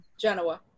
Genoa